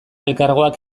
elkargoak